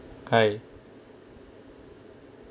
I